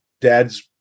Dad's